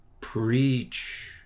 Preach